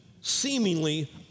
seemingly